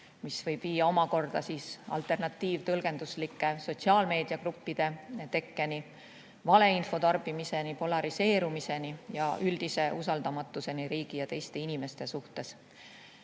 mis võib viia alternatiivtõlgenduslike sotsiaalmeedia gruppide tekkeni, valeinfo tarbimiseni, polariseerumiseni ja üldise usaldamatuseni riigi ja teiste inimeste vastu.